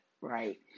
right